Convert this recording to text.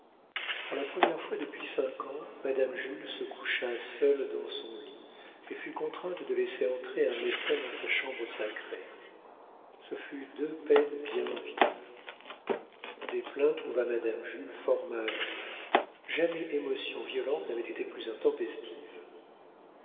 pour la première fois depuis cinq ans madame jules se coucha seule dans son lit et fut contrainte de laisser entrer un médecin dans sa chambre sacrée ce fut deux peines bien vives desplein trouva madame jules fort mal jamais émotion violente n'avait été plus intempestive